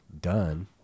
done